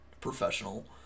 Professional